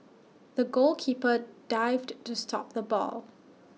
the goalkeeper dived to stop the ball